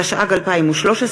התשע"ג 2013,